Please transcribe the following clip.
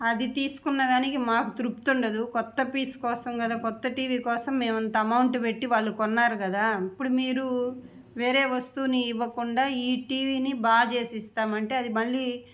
అది తీసుకున్న దానికి మాకు తృప్తి ఉండదు కొత్త పీస్ కోసం కదా కొత్త టీవీ కోసం మేము అంత అమౌంటు పెట్టీ వాళ్ళు కొన్నారు కదా ఇప్పుడు మీరు వేరే వస్తువుని ఇవ్వకుండా ఈ టీవీని బాగు చేసి ఇస్తామంటే అది మళ్ళీ